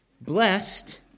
blessed